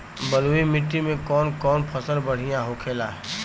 बलुई मिट्टी में कौन कौन फसल बढ़ियां होखेला?